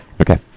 Okay